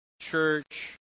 church